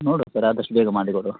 ನೋಡುವ ಸರ್ ಆದಷ್ಟು ಬೇಗ ಮಾಡಿ ಕೊಡುವ